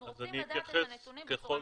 אנחנו רוצים לדעת את הנתונים בצורה מסודרת.